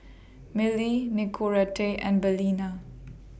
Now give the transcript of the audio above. Mili Nicorette and Balina